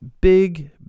big